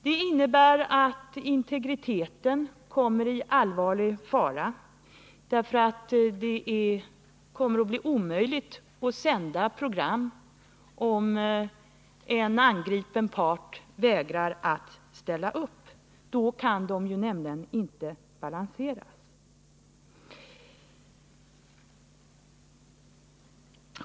Den innebär att integriteten kommer i allvarlig fara, eftersom det kommer att bli omöjligt att sända program om en angripen part vägrar att ställa upp. Då kan ju programmen inte balanseras.